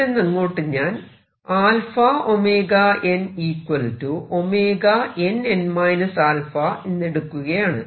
ഇവിടന്നങ്ങോട്ട് ഞാൻ αωnnn α എന്നെടുക്കുകയാണ്